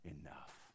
enough